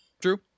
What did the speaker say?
True